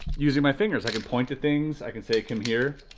using my fingers, i can point to things i can say, come here,